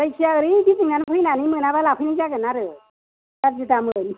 जायखिजाया ओरै गिदिंनानै फैनानै मोनाबा लाफैनाय जागोन आरो गाज्रि दामोन